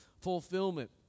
fulfillment